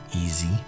easy